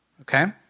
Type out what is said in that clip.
Okay